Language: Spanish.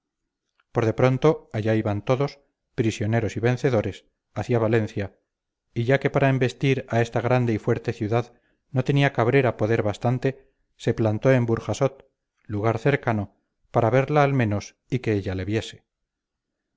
de pronto allá iban todos prisioneros y vencedores hacia valencia y ya que para embestir a esta grande y fuerte ciudad no tenía cabrera poder bastante se plantó en burjasot lugar cercano para verla al menos y que ella le viese